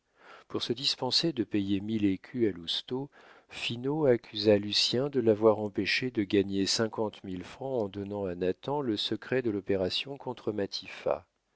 pour se dispenser de payer mille écus à lousteau finot accusa lucien de l'avoir empêché de gagner cinquante mille francs en donnant à nathan le secret de l'opération